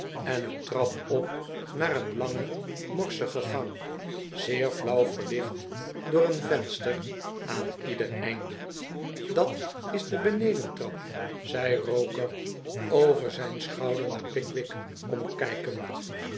en een trap op naar een lange morsige gang zeer flauw verlicht door een venster aan ieder einde dat is de benedentrap zei roker over zijn schouder naar pickwick omkijkend